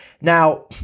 Now